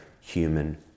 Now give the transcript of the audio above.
human